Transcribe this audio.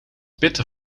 bitter